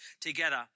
together